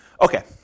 Okay